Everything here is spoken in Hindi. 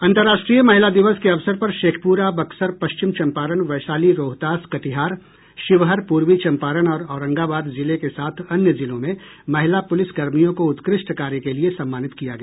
अंतरर्राष्ट्रीय महिला दिवस के अवसर पर शेखपुरा बक्सर पश्चिम चम्पारण वैशाली रोहतास कटिहार शिवहर पूर्वी चम्पारण और औरंगाबाद जिले के साथ अन्य जिलों में महिला पुलिस कर्मियों को उत्कष्ट कार्य के लिए सम्मानित किया गया